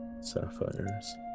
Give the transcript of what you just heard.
Sapphire's